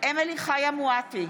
אמילי חיה מואטי,